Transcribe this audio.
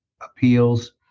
appeals